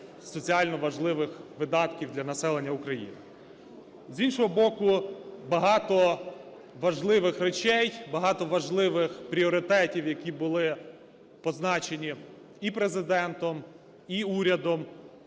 соціально важливих видатків для населення України. З іншого боку, багато важливих речей, багато важливих пріоритетів, які були позначені і Президентом, і урядом,